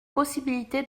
possibilité